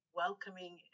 welcoming